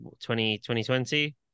2020